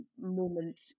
moment